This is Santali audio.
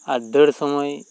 ᱫᱟᱹᱲ ᱥᱚᱢᱚᱭ